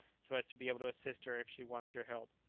so as to be able to assist her if she wants your help.